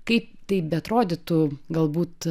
kai taip beatrodytų galbūt